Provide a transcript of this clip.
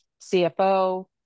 cfo